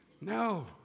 no